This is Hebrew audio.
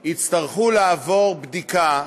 יצטרכו לעבור בדיקה,